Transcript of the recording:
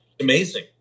Amazing